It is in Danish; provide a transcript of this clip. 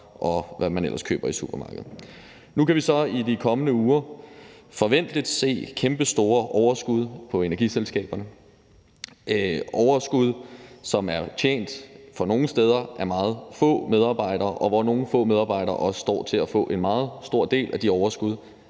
og hvad man ellers køber i supermarkedet. Nu kan vi så i de kommende uger forventeligt se kæmpestore overskud hos energiselskaberne. Det er overskud, som nogle steder er indtjent af meget få medarbejdere, og hvor nogle få medarbejdere også står til at få en meget stor del af de overskud,